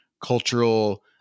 cultural